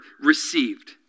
received